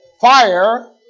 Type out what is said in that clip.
Fire